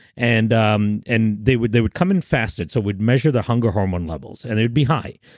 and um and they would they would come in fasted, so we'd measure the hunger hormone levels, and it'd be high,